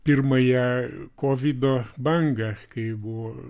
pirmąją kovido bangą kai buvo